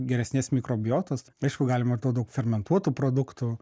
geresnės mikrobiotos aišku galima ir to daug fermentuotų produktų